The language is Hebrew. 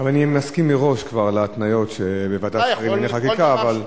אני מסכים מראש להתניות של ועדת השרים לענייני חקיקה.